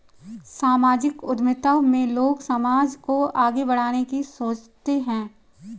सामाजिक उद्यमिता में लोग समाज को आगे बढ़ाने की सोचते हैं